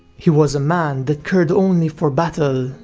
he was a man that cared only for battle,